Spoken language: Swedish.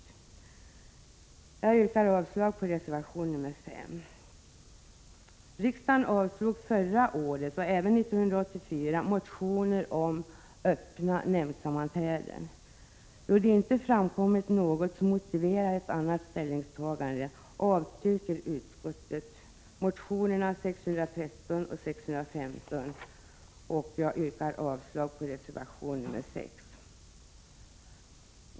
Jag yrkar avslag på reservation nr 5. Riksdagen avslog förra året och även 1984 motioner om öppna nämndsammanträden. Då det inte framkommit något som motiverar ett annat ställningstagande, avstyrker utskottet motionerna 613 och 615. Jag yrkar avslag på reservation nr 6.